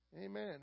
Amen